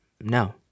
no